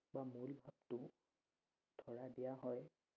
বা মূল ভাৱটো ধৰা দিয়া হয়